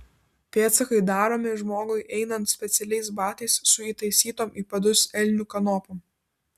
pėdsakai daromi žmogui einant specialiais batais su įtaisytom į padus elnių kanopom